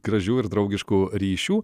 gražių ir draugiškų ryšių